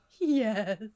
yes